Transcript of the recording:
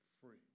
free